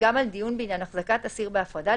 גם על דיון בעניין החזקת אסיר בהפרדה,